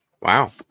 Wow